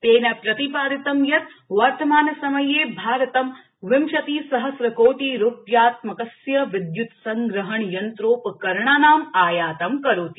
तेन प्रतिपादितं यत् वर्तमानसमये भारतं विंशतिसहस्रकोटिरुप्यात्मकस्य विदयृत संग्रहणयन्त्रोपकरणानां आयातं करोति